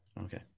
Okay